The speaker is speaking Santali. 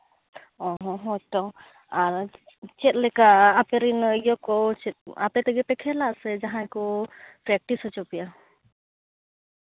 ᱚᱸᱻ ᱦᱚᱭᱛᱚ ᱟᱨ ᱪᱮᱫ ᱞᱮᱠᱟ ᱟᱯᱮ ᱨᱮᱱ ᱤᱭᱟᱹ ᱠᱚ ᱟᱯᱮ ᱛᱮᱜᱮ ᱯᱮ ᱠᱷᱮᱞᱼᱟ ᱥᱮ ᱡᱟᱦᱟᱸᱭ ᱠᱚ ᱯᱮᱠᱴᱤᱥ ᱦᱚᱪᱚ ᱯᱮᱭᱟ